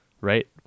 right